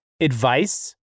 advice